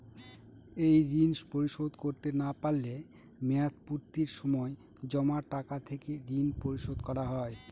এই ঋণ পরিশোধ করতে না পারলে মেয়াদপূর্তির সময় জমা টাকা থেকে ঋণ পরিশোধ করা হয়?